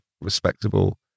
respectable